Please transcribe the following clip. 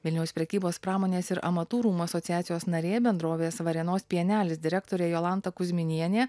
vilniaus prekybos pramonės ir amatų rūmų asociacijos narė bendrovės varėnos pienelis direktorė jolanta kuzminienė